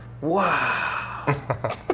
Wow